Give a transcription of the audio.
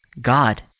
God